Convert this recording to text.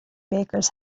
bakers